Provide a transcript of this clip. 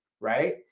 right